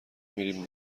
میریم